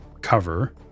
cover